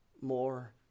more